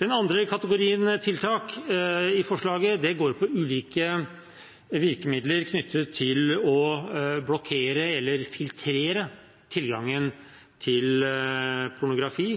Den andre kategorien tiltak i forslaget går på ulike virkemidler knyttet til å blokkere eller å filtrere tilgangen som barn har til pornografi.